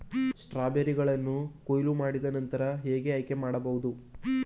ಸ್ಟ್ರಾಬೆರಿಗಳನ್ನು ಕೊಯ್ಲು ಮಾಡಿದ ನಂತರ ಹೇಗೆ ಆಯ್ಕೆ ಮಾಡಬಹುದು?